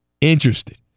interested